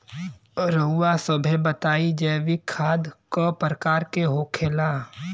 रउआ सभे बताई जैविक खाद क प्रकार के होखेला?